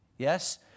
yes